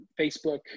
Facebook